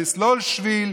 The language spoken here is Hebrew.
לסלול שביל,